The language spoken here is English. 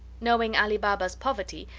knowing ali baba's poverty,